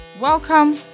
Welcome